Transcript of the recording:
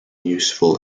useful